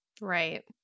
right